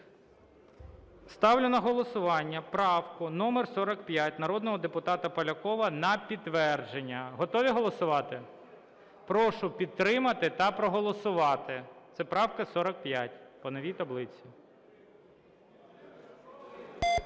Ставлю на голосування правку 45 народного депутата Полякова на підтвердження. Готові голосувати? Прошу підтримати та проголосувати. Це правка номер 45 по новій таблиці.